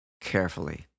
carefully